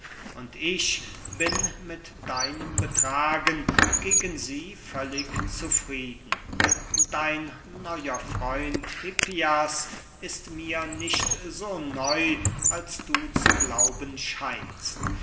und ich bin mit deinem betragen gegen sie völlig zufrieden dein neuer freund hippias ist mir nicht so neu als du zu glauben scheinst